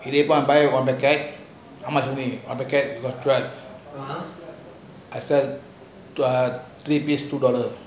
next one buy one packet how much you made after one packet I sell ah three piece two dollar